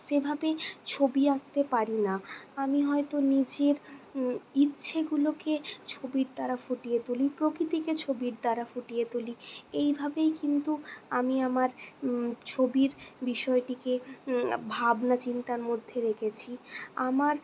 সেভাবে ছবি আঁকতে পারি না আমি হয়ত নিজের ইচ্ছেগুলোকে ছবির দ্বারা ফুটিয়ে তুলি প্রকৃতিকে ছবির দ্বারা ফুটিয়ে তুলি এইভাবেই কিন্তু আমি আমার ছবির বিষয়টিকে ভাবনা চিন্তার মধ্যে রেখেছি আমার